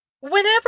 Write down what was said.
whenever